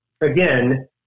again